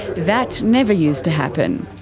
that never used to happen.